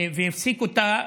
והפסיק אותו,